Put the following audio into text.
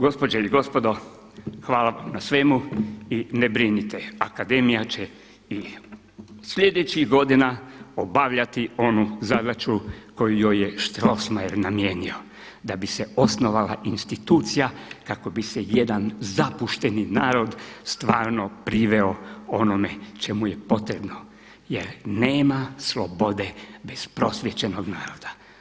Gospođe i gospodo, hvala vam na svemu i ne brinite, Akademija će i sljedećih godina obavljati onu zadaću koju joj je Strossmayer namijenio da bi se osnovala institucija kako bi se jedan zapušteni narod stvarno priveo onome čemu je potrebno jer nema slobode bez prosvjećenog naroda.